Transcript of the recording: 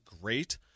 great